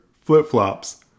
flip-flops